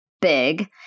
big